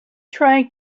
trying